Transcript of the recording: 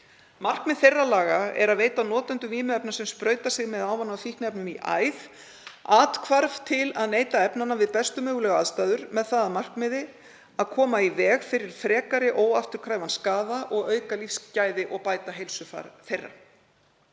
Markmið þeirra laga er að veita notendum vímuefna sem sprauta sig með ávana- og fíkniefnum í æð athvarf til að neyta efnanna við bestu mögulegu aðstæður með það að markmiði að koma í veg fyrir frekari óafturkræfan skaða og auka lífsgæði og bæta heilsufar þeirra.